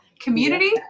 community